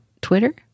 Twitter